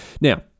Now